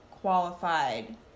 qualified